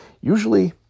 Usually